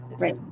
Right